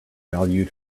valued